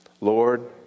Lord